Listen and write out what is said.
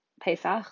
Pesach